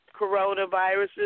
coronaviruses